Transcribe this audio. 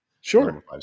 Sure